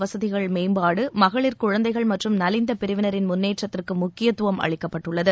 வசதிகள் மேம்பாடு மகளிர் குழந்தைகள் மற்றும் நலிந்த பிரிவினரின் முன்னேற்றத்திற்கு முக்கியத்துவம் அளிக்கப்பட்டுள்ளது